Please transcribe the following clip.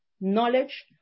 knowledge